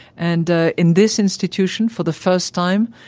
and in this institution, for the first time,